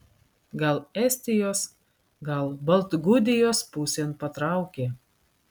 gal estijos gal baltgudijos pusėn patraukė